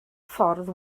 ffordd